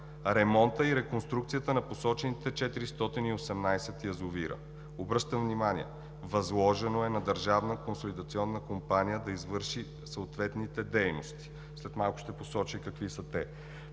ремонта и реконструкцията на посочените 418 язовира. Обръщам внимание, че е възложено на Държавната консолидационна компания да извърши съответните дейности – след малко ще посоча и какви са те.